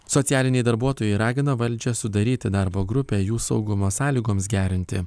socialiniai darbuotojai ragina valdžią sudaryti darbo grupę jų saugumo sąlygoms gerinti